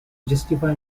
justify